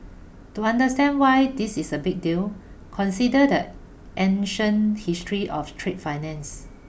to understand why this is a big deal consider the ancient history of trade finance